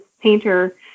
painter